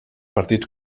partits